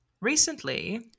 recently